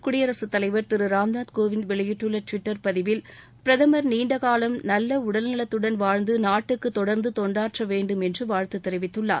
குடியரசுத் தலைவர் திரு ராம்நாத் கோவிந்த் வெளியிட்டுள்ள டுவிட்டர் பதிவில் பிரதமர் நீண்டகாலம் நல்ல உடல்நலத்துடன் வாழ்ந்து நாட்டுக்கு தொடர்ந்து தொண்டாற்ற வேண்டும் என்று வாழ்த்து தெரிவித்துள்ளார்